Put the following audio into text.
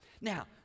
Now